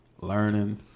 learning